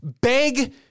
beg